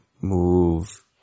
move